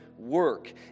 Work